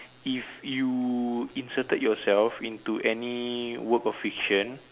if you inserted yourself into any work of fiction